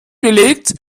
belegt